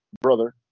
Brother